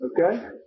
okay